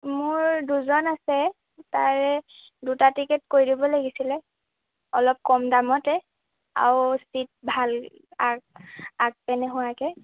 মোৰ দুজন আছে তাৰে দুটা টিকেট কৰি দিব লাগিছিলে অলপ কম দামতে আৰু চিট ভাল আগ আগপিনে হোৱাকেৈ